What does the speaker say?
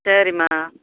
சரிம்மா